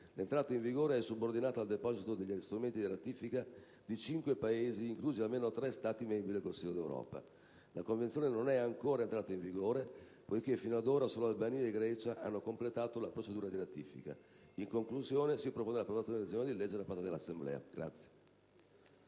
L'entrata in vigore è subordinata al deposito degli strumenti di ratifica di cinque Paesi, inclusi almeno tre Stati membri del Consiglio d'Europa. La Convenzione non è ancora entrata in vigore poiché sinora solo Albania e Grecia hanno completato la procedura di ratifica. In conclusione, le Commissioni riunite propongono l'approvazione del disegno di legge da parte dell'Assemblea.